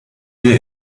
wir